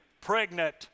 pregnant